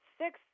six